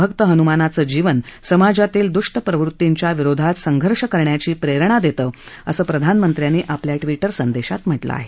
भक्त हनुमानाचं जीवन समाजातील दुष्ट प्रवृत्तींघ्या विरोधात संघर्ष करण्याची प्रेरणा देतं असं प्रधानमंत्र्यांनी आपल्या ट्विटर संदेशात म्हटलं आहे